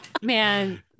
man